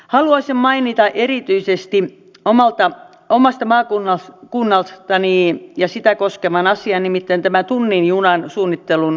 haluaisin mainita erityisesti omasta maakunnastani sitä koskevan asian nimittäin tämän tunnin junan suunnittelun käynnistämisen